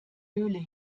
höhle